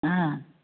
हा